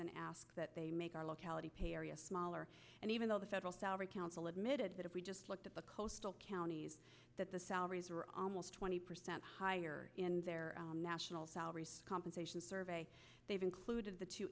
and asked that they make our locality pay area smaller and even though the federal salary council admitted that if we just looked at the coastal counties that the salaries are almost twenty percent higher in their national salaries compensation survey they've included the two